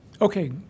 Okay